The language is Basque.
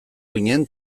ginen